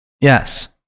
Yes